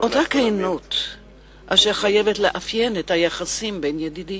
אותה כנות אשר חייבת לאפיין את היחסים בין ידידים.